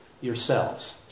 yourselves